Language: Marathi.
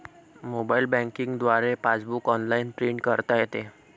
मोबाईल बँकिंग द्वारे पासबुक ऑनलाइन प्रिंट करता येते